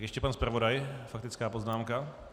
Ještě pan zpravodaj faktická poznámka.